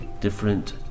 different